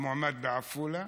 המועמד בעפולה,